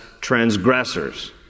transgressors